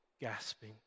gasping